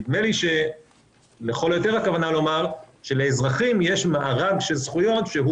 נדמה לי שלכל היותר הכוונה לומר שלאזרחים יש מארג של זכויות,